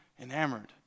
enamored